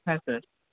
হ্যাঁ স্যার